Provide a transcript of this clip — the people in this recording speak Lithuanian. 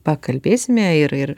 pakalbėsime ir ir